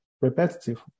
repetitive